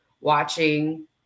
watching